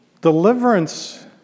Deliverance